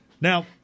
Now